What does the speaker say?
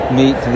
meet